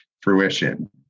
fruition